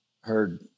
heard